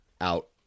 out